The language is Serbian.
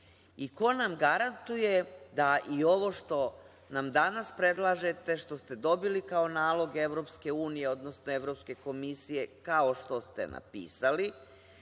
Ko nam garantuje da i ovo što nam danas predlažete, što ste dobili kao nalog EU, odnosno Evropske komisije, kao što ste napisali,